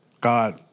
God